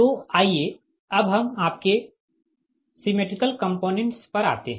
तो आइए अब हम आपके सिमेट्रिकल कंपोनेंट्स पर आते है